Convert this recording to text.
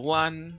one